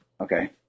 Okay